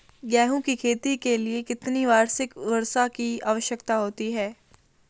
गेहूँ की खेती के लिए कितनी वार्षिक वर्षा की आवश्यकता होती है?